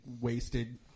wasted